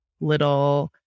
little